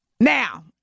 Now